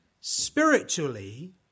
spiritually